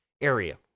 area